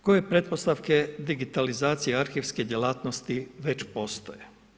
Koje pretpostavke digitalizacije arhivske djelatnosti već postoje?